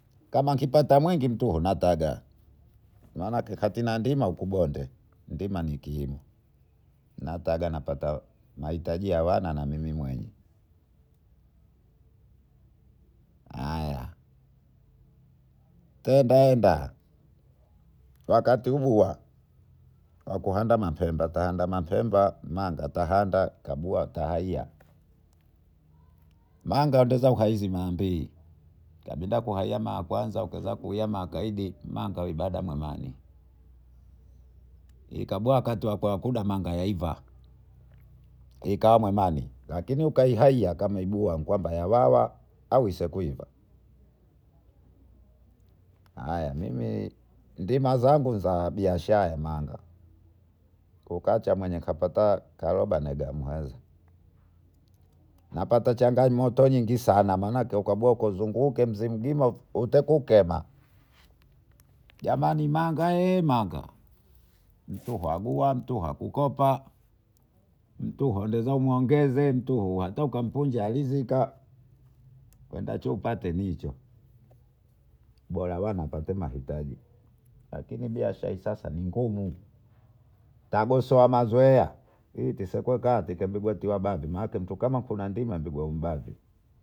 Kama nikipata mwingi mtuhu nataga maana katinandima ukubonge nataga napata mahitaji ya wana na Mimi mwenye haya endaenda wakatubua wakuhanda mapema tanda mapema katubua mnga tahanda tabuha kahaia manga twahisi mara mbili napenda kuhahia makwanza ukuweza magaidi mangaibada mangani ibada mahamani ikabua wakati wakuwakuda manga yaipa kikawa wemani lakini ukayaibuwa kama yawawa ana sekuiva Mimi ndimazangu za biashara ya manga kukacha mwenye kukacha kwenye kukacha kwenye karobo negamuheza napata changamoto nyingi sana manaake uzunguke mzemgima ukutekukema jamani manga hee manga mtu kagua kakukopa mtu hondeza mwongeze mtu hata kampunja alizika kwendachouoate nicho bora wana patemahitaji lakini biashara hii sasa ni ngumu twagoswa mazoea maana ake mtu ndimwa pigwaumbali.